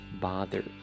Bother